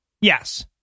Yes